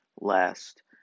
last